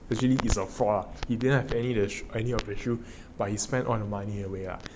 actually is a fraud he didn't have any any of the shoe but he spent on money away ah